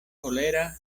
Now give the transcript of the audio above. kolera